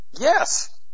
Yes